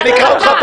קראתי לו